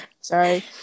Sorry